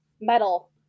metal